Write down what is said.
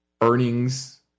earnings